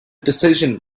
decision